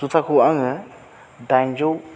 जुथाखौ आङो डाइनजौ